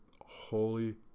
holy